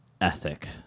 ethic